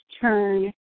turn